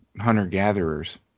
hunter-gatherers